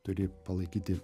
turi palaikyti